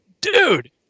dude